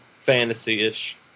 fantasy-ish